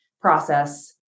process